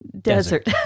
desert